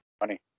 Money